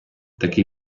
такий